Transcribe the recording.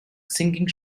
singing